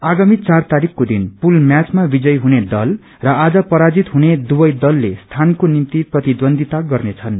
आगामी चार तारिखको दिन पुल म्याचमा विजयी हुने दल र आज पराजित हुने दुवै दल स्थानको निम्ति प्रतिह्वन्डीता गर्नेछन्